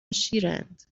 شیرند